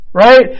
Right